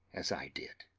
as i did.